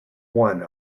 one